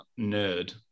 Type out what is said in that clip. nerd